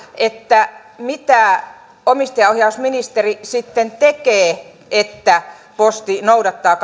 mitä omistajaohjausministeri sitten tekee että posti noudattaa